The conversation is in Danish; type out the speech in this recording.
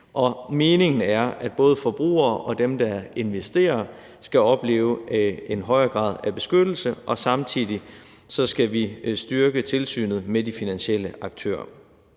Meningen er, at både forbrugere og dem, der investerer, skal opleve en højere grad af beskyttelse, og samtidig skal vi styrke tilsynet med de finansielle aktører.